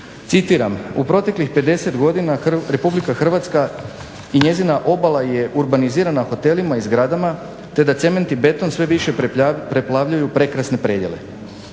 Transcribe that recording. citiram: "U proteklih 50 godina Republika Hrvatska i njezina obala je urbanizirana hotelima i zgradama te da cement i beton sve više preplavljuju prekrasne predjele,